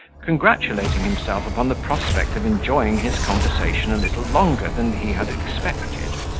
congratulating himself upon the prospect of enjoying his conversation a little longer than he had expected.